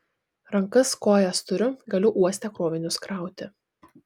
rankas kojas turiu galiu uoste krovinius krauti